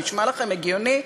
נשמע לכם הגיוני?